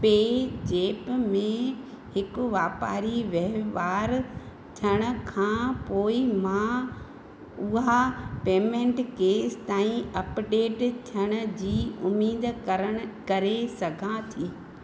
पे ज़ेप्प में हिकु वापारी वहिंवार थियण खां पोइ मां उहा पेमेंट केंसि ताईं अपडेट थियण जी उमीद करण करे सघां थी